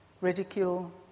ridicule